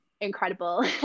incredible